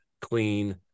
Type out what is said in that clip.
clean